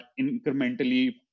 incrementally